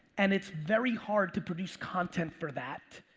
and it's very hard to produce content for that,